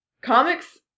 Comics